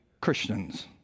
Christians